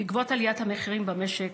בעקבות עליית המחירים במשק,